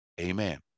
Amen